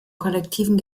kollektiven